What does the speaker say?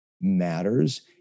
matters